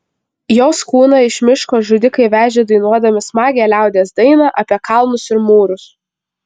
jos kūną iš miško žudikai vežė dainuodami smagią liaudies dainą apie kalnus ir mūrus